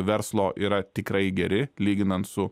verslo yra tikrai geri lyginant su